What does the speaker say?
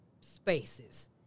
spaces